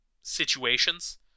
situations